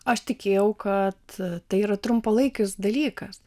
aš tikėjau kad tai yra trumpalaikis dalykas